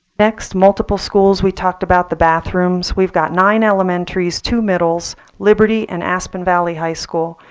next, multiple schools we talked about the bathrooms. we've got nine elementaries, two middles, liberty, and aspen valley high school,